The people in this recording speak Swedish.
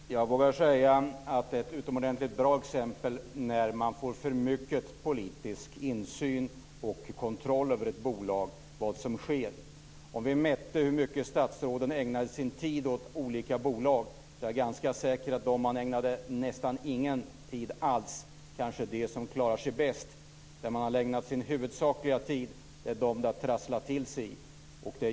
Fru talman! Jag vågar säga att det är ett utomordentligt bra exempel på vad som sker när man får för mycket av politisk insyn och kontroll över ett bolag. Om vi mätte hur mycket tid som statsråden ägnade åt olika bolag är jag ganska säker på att de som de inte ägnar nästan någon tid alls kanske är de som klarar sig bäst. Där man ägnat sin huvudsakliga tid är de som det har att trasslat till sig för.